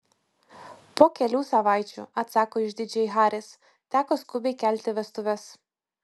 po kelių savaičių atsako išdidžiai haris teko skubiai kelti vestuves